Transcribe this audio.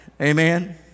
Amen